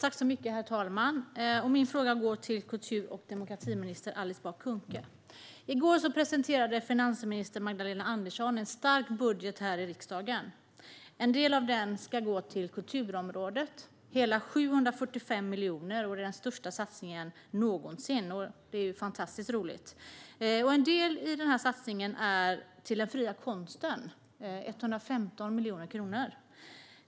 Herr talman! Min fråga går till kultur och demokratiminister Alice Bah Kuhnke. I går presenterade finansminister Magdalena Andersson en stark budget här i riksdagen. En del av den ska gå till kulturområdet, hela 745 miljoner. Det är den största satsningen någonsin, och det är fantastiskt roligt. En del av satsningen - 115 miljoner kronor - går till den fria konsten.